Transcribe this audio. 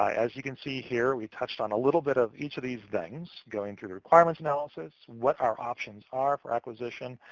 as you can see here, we touched on a little bit of each of these things, going through the requirements analysis, what our options are for acquisition,